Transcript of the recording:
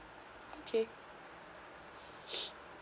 okay